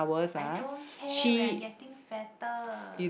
I don't care when I getting fatter